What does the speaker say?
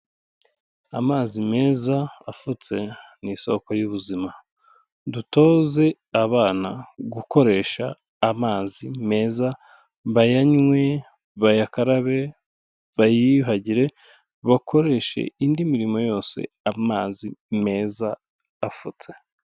Amazi meza afutse ni isoko y'ubuzima; dutoze abana gukoresha amazi meza bayanywe, bayakarabe, bayiyuhagire, bakoreshe indi mirimo yose amazi meza afutse.